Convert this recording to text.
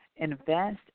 Invest